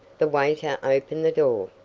the waiter opened the door.